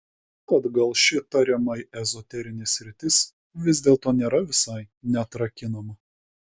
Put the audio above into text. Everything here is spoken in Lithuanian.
tad gal ši tariamai ezoterinė sritis vis dėlto nėra visai neatrakinama